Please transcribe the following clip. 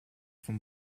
vom